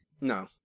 No